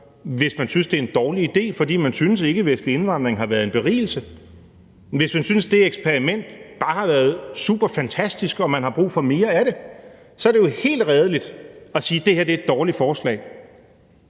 hvis man synes, det er en dårlig idé, fordi man synes, at den ikkevestlige indvandring har været en berigelse; hvis man synes, at det eksperiment bare har været superfantastisk, og man har brug for mere af det, så er det jo helt redeligt at sige, at det her er et dårligt forslag.